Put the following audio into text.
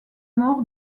maur